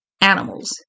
animals